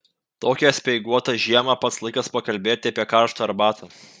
tokią speiguotą žiemą pats laikas pakalbėti apie karštą arbatą